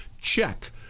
Check